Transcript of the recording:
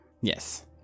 yes